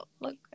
Look